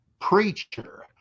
Preacher